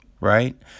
right